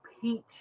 peach